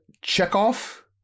Chekhov